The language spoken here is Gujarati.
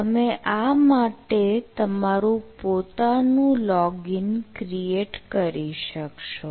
તમે આ માટે તમારું પોતાનું લોગીન ક્રિએટ કરી શકશો